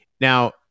now